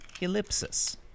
ellipsis